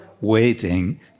waiting